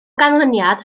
ganlyniad